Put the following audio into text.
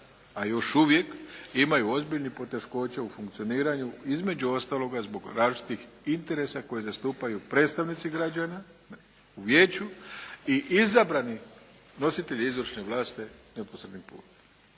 a još uvijek imaju ozbiljnih poteškoća u funkcioniranju između ostaloga zbog različitih interesa koji zastupaju predstavnici građana u Vijeću i izabrani nositelji izvršne vlasti neposrednim putem.